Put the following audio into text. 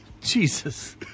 jesus